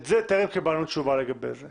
את זה טרם קיבלנו תשובה לגבי זה.